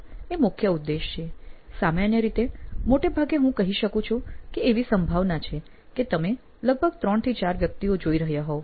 તો એ મુખ્ય ઉદ્દેશ છે સામાન્ય રીતે મૉટે ભાગે હું કહી શકું છું કે એવી સંભાવના છે કે આપ લગભગ 3 થી 4 વ્યકિતઓ જોઈ રહ્યા હોવ